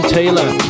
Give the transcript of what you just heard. Taylor